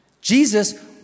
Jesus